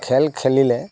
খেল খেলিলে